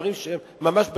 דברים שהם ממש בשוליים,